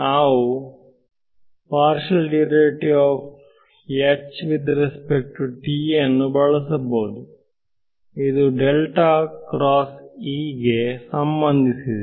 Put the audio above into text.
ನಾವು ಅನ್ನು ಬಳಸಬಹುದು ಇದು ಗೆ ಸಂಬಂಧಿಸಿದೆ